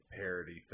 parody